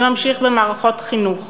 זה ממשיך במערכות חינוך,